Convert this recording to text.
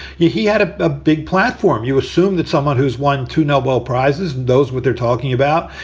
yeah he had a ah big platform. you assume that someone who's won two nobel prizes knows what they're talking about.